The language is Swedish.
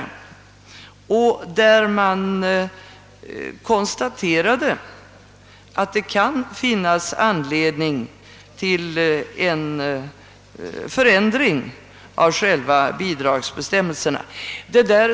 Man konstaterade därvid att det kunde finnas anledning till en förändring av själva bidragsbestämmelserna.